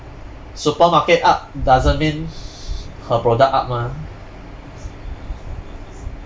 supermarket up doesn't mean her product up mah